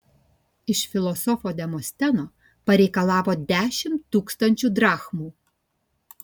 iš filosofo demosteno pareikalavo dešimt tūkstančių drachmų